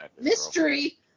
Mystery